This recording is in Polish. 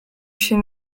się